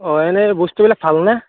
অ এনেই বস্তুবিলাক ভালনে